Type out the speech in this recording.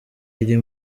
iri